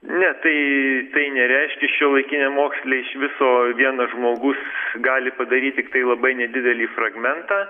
ne tai tai nereiškia šiuolaikiniam moksle iš viso vienas žmogus gali padaryt tiktai labai nedidelį fragmentą